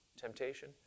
temptation